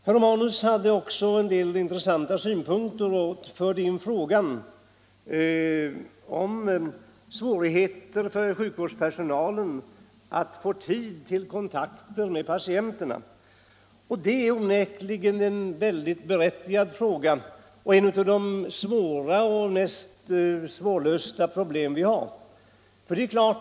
Herr Romanus hade också en del intressanta synpunkter på svårigheterna för sjukvårdspersonalen att få tid till kontakter med patienterna. Det är onekligen ett av de mest svårlösta problem vi har.